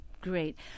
Great